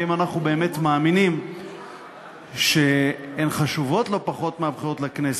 ואם אנחנו באמת מאמינים שהן חשובות לא פחות מהבחירות לכנסת,